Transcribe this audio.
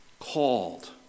Called